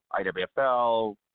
IWFL